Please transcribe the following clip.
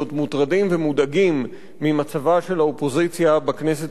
ומודאגים ממצבה של האופוזיציה בכנסת הנוכחית.